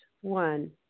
One